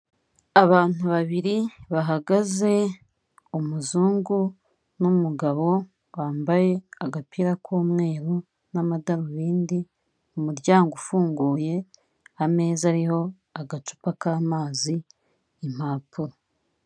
Abantu babiri bahagaze umuzungu n'umugabo wambaye agapira k'umweru n'amadarubindi, umuryango ufunguye ameza ariho agacupa k'amazi n'impapuro.